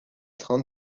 train